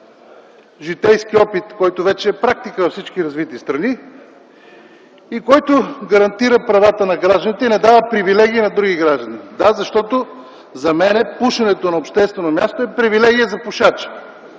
житейски опит, който вече е практика във всички развити страни и който гарантира правата на гражданите, като не дава привилегии на други граждани. Да, защото за мен пушенето на обществено място е привилегия за пушача.